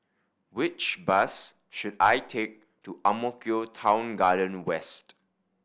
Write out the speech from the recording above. which bus should I take to Ang Mo Kio Town Garden West